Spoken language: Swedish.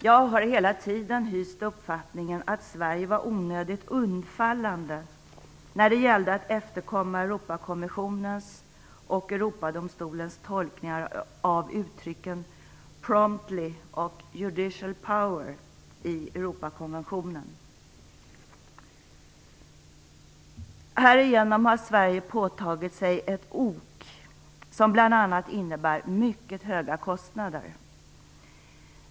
Jag har hela tiden hyst uppfattningen att Sverige var onödigt undfallande när det gällde att efterkomma Europakommissionens och Europadomstolens tolkningar av uttrycken "promptly" och "judicial power" i Europakonventionen. Härigenom har Sverige påtagit sig ett ok, som bl.a. innebär mycket höga kostnader.